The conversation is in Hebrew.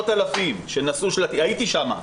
הייתי שם.